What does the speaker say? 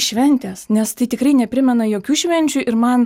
šventės nes tai tikrai neprimena jokių švenčių ir man